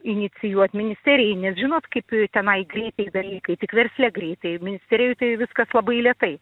inicijuot ministerijai nes žinot kaip tenai greitai dalykai tik versle greitai ministerijoj tai viskas labai lėtai